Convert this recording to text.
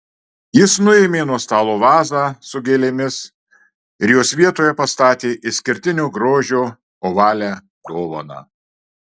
jis nuėmė nuo stalo vazą su gėlėmis ir jos vietoje pastatė išskirtinio grožio ovalią dovaną